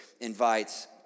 invites